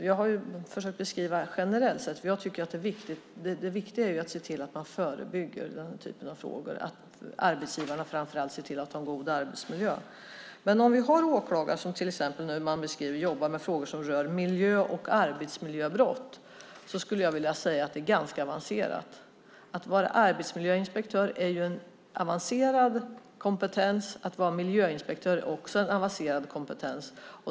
Jag har försökt beskriva det generellt, att jag tycker att det viktiga är att se till att förebygga, att arbetsgivarna framför allt ska se till att ha en god arbetsmiljö. Om åklagare jobbar med frågor som rör miljö och arbetsmiljöbrott skulle jag vilja säga att det är ganska avancerat. Att vara arbetsmiljöinspektör är en avancerad kompetens, och att vara miljöinspektör är också en avancerad kompetens.